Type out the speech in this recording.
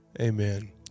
Amen